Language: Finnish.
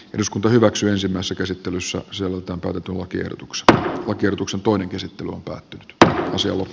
eduskunta hyväksyi ensimmäisen käsittelyssä soluttautui tuokio ksp oikeutuksen toinen käsittely alkaa tänään seu